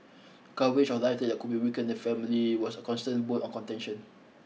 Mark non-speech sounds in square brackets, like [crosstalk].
coverage of life [unintelligible] that could be weaken the family was a constant bone on contention